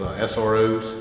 SROs